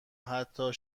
حتی